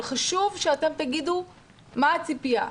אבל חשוב שתגידו מה הציפייה.